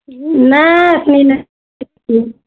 नहि एखन नहि छुट्टी